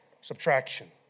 subtraction